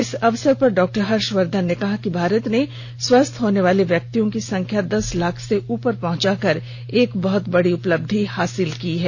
इस अवसर पर डॉक्टर हर्षवर्धन ने कहा कि भारत ने स्वस्थ होने वाले व्यक्तियों की संख्या दस लाख से ऊपर पहंचाकर एक बहत बड़ी उपलब्धि हासिल की है